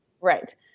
Right